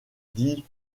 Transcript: dit